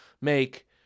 make